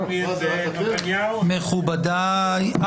ואז ניקח הפסקה.